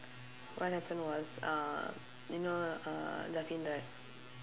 what happened was uh you know uh right